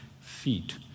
feet